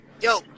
yo